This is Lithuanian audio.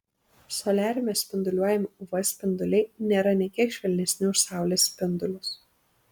soliariume spinduliuojami uv spinduliai nėra nė kiek švelnesni už saulės spindulius